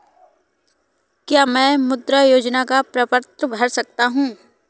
क्या मैं मुद्रा योजना का प्रपत्र भर सकता हूँ?